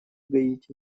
гаити